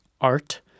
art